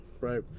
right